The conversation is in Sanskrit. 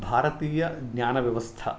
भारतीयज्ञानव्यवस्था